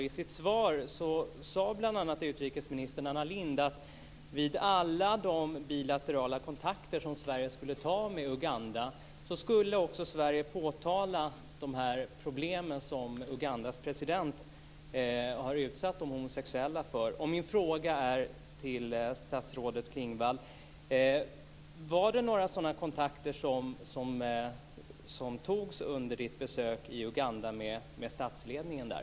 I sitt svar sade utrikesminister Anna Lindh bl.a. att vid alla de bilaterala kontakter som Sverige skulle ta med Uganda skulle Sverige påtala de problem som Ugandas president har utsatt de homosexuella för. Togs det under statsrådets besök i Uganda några sådana kontakter med statsledningen där?